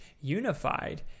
unified